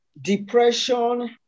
depression